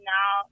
Now